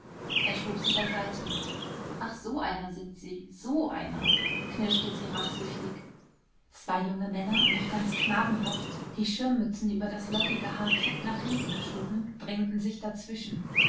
er schob sie beiseite ach so einer sind sie sooo einer knirschte sie rachsüchtig zwei junge männer noch ganz knabenhaft die schirmmützen über das lockige haar keck nach hinten geschoben drängten sich dazwischen